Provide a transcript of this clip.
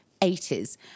80s